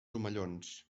omellons